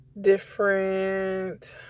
different